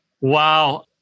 Wow